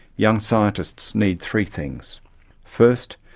young scientists need three things first,